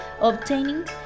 obtaining